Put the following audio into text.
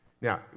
Now